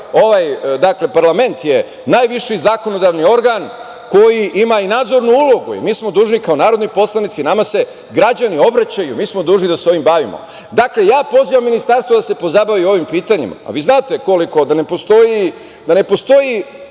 ovaj parlament je najviši zakonodavni organ koji ima i nadzornu ulogu. Dužni smo kao narodni poslanici, nama se građani obraćaju, dužni smo da se ovim bavimo. Dakle, pozivam ministarstvo da se pozabavi ovim pitanjima, a vi znate da ne postoji